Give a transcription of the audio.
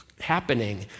happening